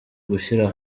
gushyira